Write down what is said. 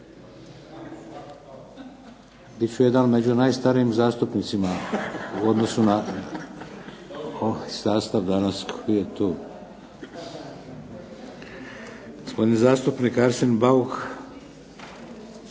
Bit ću jedan od najstarijih zastupnicima u odnosu na sastav danas koji je tu. Gospodin zastupnik Arsen Bauk.